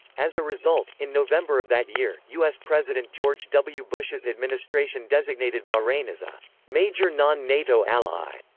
as a result, in november of that year, us president george w. bush's administration designated bahrain as a major non-nato ally.